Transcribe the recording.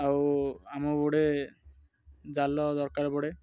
ଆଉ ଆମ ଗୋଟେ ଜାଲ ଦରକାର ପଡ଼େ